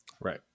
Right